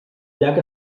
llac